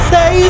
Say